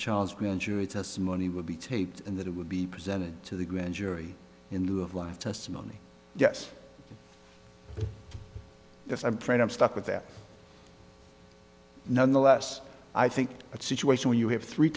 child's grand jury testimony would be taped and that it would be presented to the grand jury in lieu of live testimony yes yes i'm afraid i'm stuck with that nonetheless i think that situation when you have three